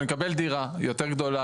ואני מקבל דירה יותר גדולה,